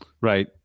right